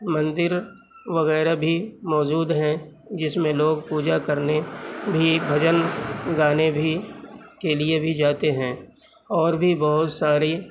مندر وغیرہ بھی موجود ہیں جس میں لوگ پوجا کرنے بھی بھجن گانے بھی کے لیے بھی جاتے ہیں اور بھی بہت ساری